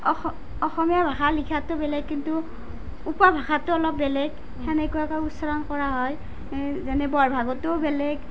অসমীয়া ভাষা লিখাটো বেলেগ কিন্তু উপভাষাটো অলপ বেলেগ সেনেকুৱাকৈ উচ্চাৰণ কৰা হয় যেনে বৰভাগতো বেলেগ